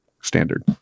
standard